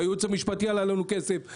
הייעוץ המשפטי עלה לנו כסף,